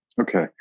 okay